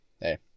hey